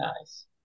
nice